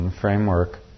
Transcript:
framework